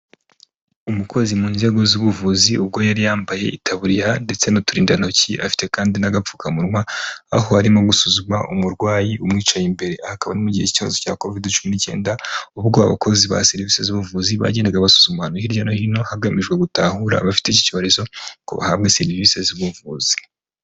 Umukozi mu nzego z'ubuvuzi ubwo yari yambaye itaburiya ndetse n'uturindantoki afite kandi n'agapfukamunwa aho arimo gusuzuma umurwayi umwicaye imbere aha akaba ari mu gihe cy'ikibazo cya kovide cumi n'icyenda ubwo abakozi ba serivisi z'ubuvuzi bagendaga basuzuma ahantu hirya no hino hagamijwe gutahura abafite iki cyorezo ngo bahabwe serivisi z'ubuvuzi.